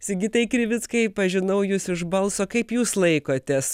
sigitai krivickai pažinau jus iš balso kaip jūs laikotės